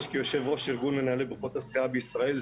כיושב-ראש ארגון מנהלי בריכות השחייה בישראל.